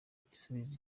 igisubizo